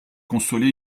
consoler